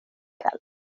kväll